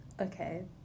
Okay